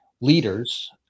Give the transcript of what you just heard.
leaders